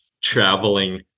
traveling